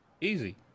easy